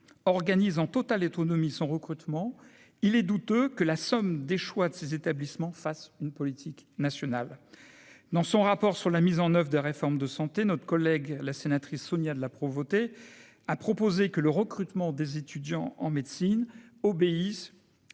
organise en totale économie son recrutement, il est douteux que la somme des choix de ces établissements fasse une politique nationale dans son rapport sur la mise en oeuvre des réformes de santé notre collègue la sénatrice Sonia de la Provoté a proposé que le recrutement des étudiants en médecine obéissent